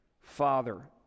Father